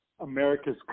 America's